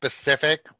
specific